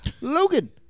Logan